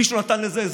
מישהו נתן לזה הסבר?